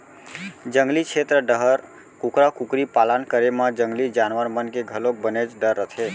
जंगली छेत्र डाहर कुकरा कुकरी पालन करे म जंगली जानवर मन के घलोक बनेच डर रथे